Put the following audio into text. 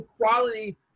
quality